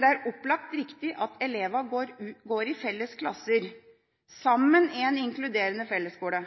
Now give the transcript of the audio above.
det opplagt er riktig at elevene går i fellesklasser – sammen i en inkluderende fellesskole.